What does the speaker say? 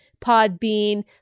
Podbean